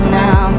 now